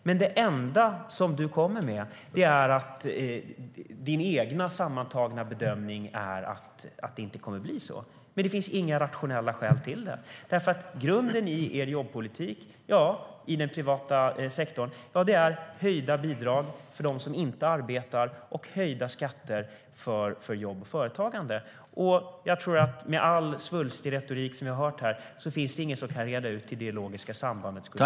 Men det enda som du kommer med är att din egen sammantagna bedömning är att det inte kommer att bli så. Det finns dock inga rationella skäl till det, därför att grunden i er jobbpolitik i den privata sektorn är höjda bidrag för dem som inte arbetar och höjda skatter för jobb och företagande. Jag tror att med all svulstig retorik som vi har hört här finns det ingen som kan reda ut hur det ideologiska sambandet ser ut.